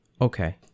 Okay